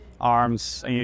arms